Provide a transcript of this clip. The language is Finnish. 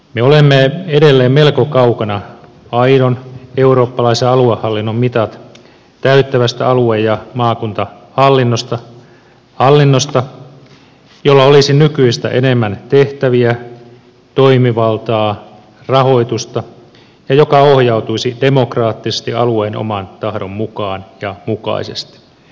me olemme edelleen melko kaukana aidon eurooppalaisen aluehallinnon mitat täyttävästä alue ja maakuntahallinnosta hallinnosta jolla olisi nykyistä enemmän tehtäviä toimivaltaa rahoitusta ja joka ohjautuisi demokraattisesti alueen oman tahdon mukaan ja mukaisesti